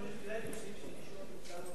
כדאי להוסיף שמי שלא נמצא מאבד את זכות הדיבור.